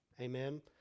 Amen